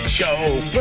show